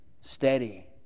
steady